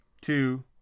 two